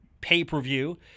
pay-per-view